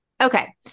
Okay